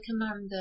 commander